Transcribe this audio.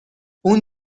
اون